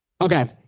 Okay